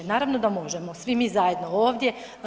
Naravno da možemo, svi mi zajedno ovdje.